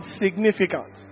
significant